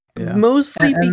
Mostly